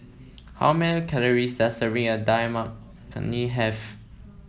how many calories does serving of Dal Makhani have